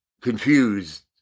confused